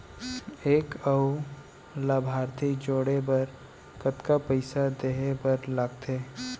एक अऊ लाभार्थी जोड़े बर कतका पइसा देहे बर लागथे?